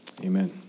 amen